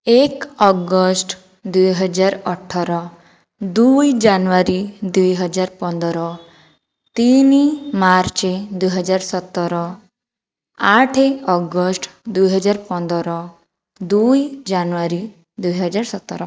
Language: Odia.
ଏକ ଅଗଷ୍ଟ ଦୁଇହଜାର ଅଠର ଦୁଇ ଜାନୁୟାରୀ ଦୁଇହଜାର ପନ୍ଦର ତିନି ମାର୍ଚ୍ଚ ଦୁଇହଜାର ସତର ଆଠ ଅଗଷ୍ଟ ଦୁଇହଜାର ପନ୍ଦର ଦୁଇ ଜାନୁୟାରୀ ଦୁଇହଜାର ସତର